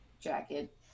jacket